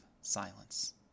silence